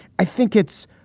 i think it's.